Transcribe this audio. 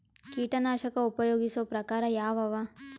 ಕೀಟನಾಶಕ ಉಪಯೋಗಿಸೊ ಪ್ರಕಾರ ಯಾವ ಅವ?